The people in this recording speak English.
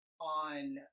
On